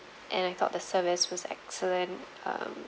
and I thought the service was excellent um